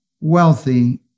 wealthy